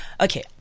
Okay